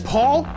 Paul